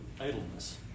idleness